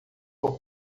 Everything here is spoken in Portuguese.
por